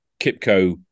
Kipco